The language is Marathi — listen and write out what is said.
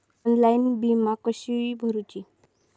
ऑनलाइन बिला कशी भरूची?